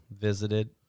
visited